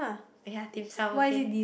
ya Dim-Sum okay